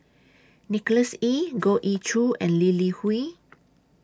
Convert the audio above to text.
Nicholas Ee Goh Ee Choo and Lee Li Hui